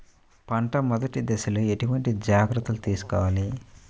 పంట మెదటి దశలో ఎటువంటి జాగ్రత్తలు తీసుకోవాలి?